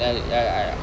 like I I